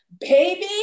baby